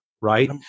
right